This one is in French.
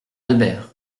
albert